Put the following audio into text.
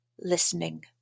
listening